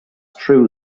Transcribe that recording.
true